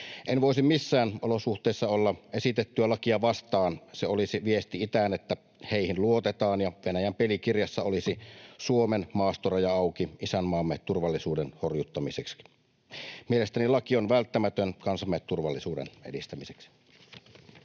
En voisi missään olosuhteissa olla esitettyä lakia vastaan. Se olisi viesti itään, että heihin luotetaan, ja Venäjän pelikirjassa olisi Suomen maastoraja auki isänmaamme turvallisuuden horjuttamiseksi. Mielestäni laki on välttämätön kansamme turvallisuuden edistämiseksi.